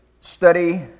study